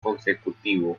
consecutivo